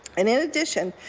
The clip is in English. and in addition,